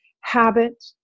habit